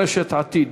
רשת "עתיד"